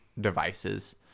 devices